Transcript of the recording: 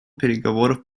переговоров